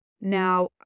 Now